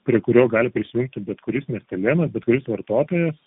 prie kurio gali prisijungti bet kuris miestelėnas bet kuris vartotojas